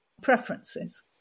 preferences